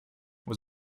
was